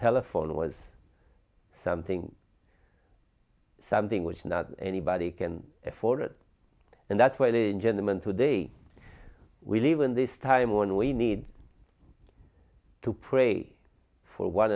telephone was something something which not anybody can afford and that's where the gentleman today we live in this time when we need to pray for one